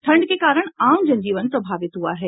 ठंड के कारण आम जनजीवन प्रभावित हुआ है